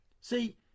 See